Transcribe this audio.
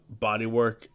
bodywork